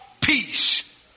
peace